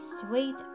sweet